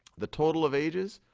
the total of ages,